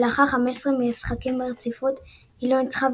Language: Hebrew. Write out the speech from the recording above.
שלאחר 15 משחקים ברציפות בהם לא ניצחה,